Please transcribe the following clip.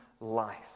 life